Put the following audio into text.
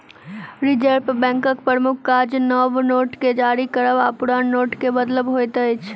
reserve बैंकक प्रमुख काज नव नोट के जारी करब आ पुरान नोटके बदलब होइत अछि